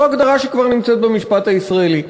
זו הגדרה שכבר נמצאת במשפט הישראלי.